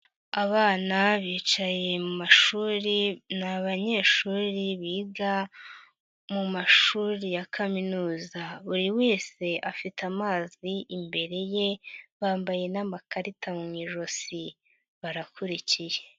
Abana bicaye mu mashuri ni abanyeshuri biga mu mashuri ya kaminuza, buri wese afite amazi imbere ye, bambaye n'amakarita mu ijosi barakurikiye.